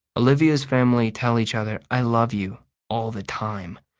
olivia's family tell each other i love you all the time.